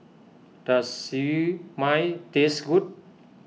does Siew Mai taste good